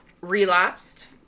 relapsed